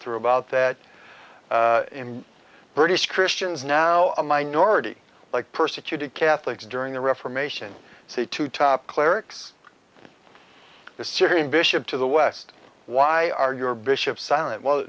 through about that in british christians now a minority like persecuted catholics during the reformation see two top clerics the syrian bishop to the west why are your bishops silent w